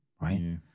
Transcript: right